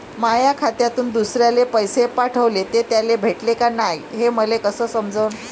माया खात्यातून दुसऱ्याले पैसे पाठवले, ते त्याले भेटले का नाय हे मले कस समजन?